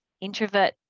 introvert